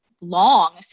long